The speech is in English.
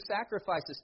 sacrifices